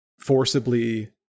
forcibly